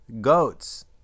Goats